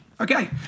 Okay